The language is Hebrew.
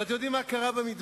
אבל אתם יודעים מה קרה במדבר?